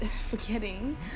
forgetting